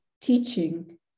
teaching